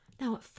Now